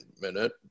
minute